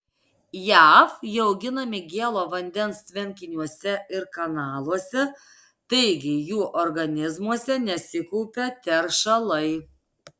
jav jie auginami gėlo vandens tvenkiniuose ir kanaluose taigi jų organizmuose nesikaupia teršalai